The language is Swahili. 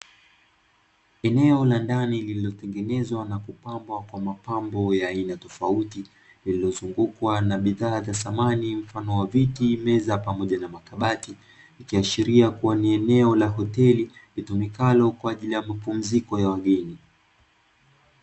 Eneo la ndani lililotengenezwa na kupambwa kwa mapambo ya aina tofauti, lililozungukwa na bidhaa za samani mfano wa viti, meza pamoja na makabati. Ikiashiria kuwa ni eneo la hoteli litumikalo kwa ajili ya mapumziko ya wageni.